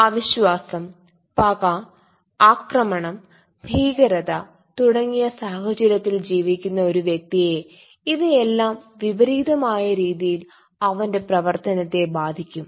അവിശ്വാസം പക ആക്രമണം ഭീകരത തുടങ്ങിയ സാഹചര്യത്തിൽ ജീവിക്കുന്ന ഒരു വ്യക്തിയെ ഇവയെല്ലാം വിപരീതമായ രീതിയിൽ അവനെന്റെ പ്രവർത്തനത്തെ ബാധിക്കും